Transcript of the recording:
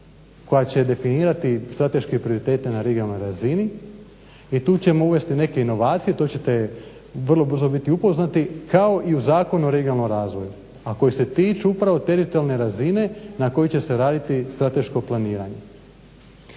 koja će definirati strateške prioritete na regionalnoj razini i tu ćemo uvesti neke inovacije, to ćete vrlo brzo biti upoznati kao i u Zakonu o regionalnom razvoju, a koji se tiču upravo teritorijalne razine na kojoj će se raditi strateško planiranje.